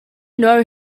know